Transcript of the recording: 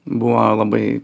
buvo labai